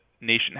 nation